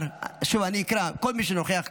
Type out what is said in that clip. שוב, אני אקריא כל מי שנוכח כאן.